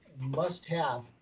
must-have